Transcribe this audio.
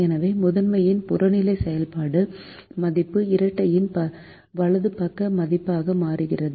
எனவே முதன்மையின் புறநிலை செயல்பாடு மதிப்பு இரட்டையின் வலது பக்க மதிப்பாக மாறுகிறது